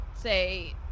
say